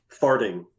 farting